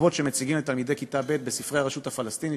מפות שמציגים לתלמידי כיתה ב' בספרי הרשות הפלסטינית,